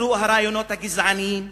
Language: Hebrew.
יצאו הרעיונות הגזעניים,